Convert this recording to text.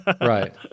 Right